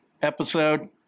episode